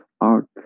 art